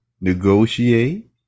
negotiate